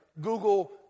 Google